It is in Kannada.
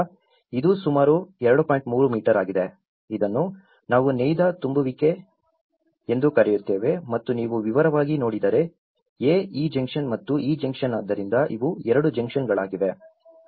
3 ಮೀಟರ್ ಆಗಿದೆ ಇದನ್ನು ನಾವು ನೇಯ್ದ ತುಂಬುವಿಕೆ ಎಂದು ಕರೆಯುತ್ತೇವೆ ಮತ್ತು ನೀವು ವಿವರವಾಗಿ ನೋಡಿದರೆ ಎ ಈ ಜಂಕ್ಷನ್ ಮತ್ತು ಈ ಜಂಕ್ಷನ್ ಆದ್ದರಿಂದ ಇವು 2 ಜಂಕ್ಷನ್ಗಳಾಗಿವೆ